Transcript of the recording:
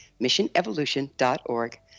missionevolution.org